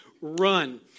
run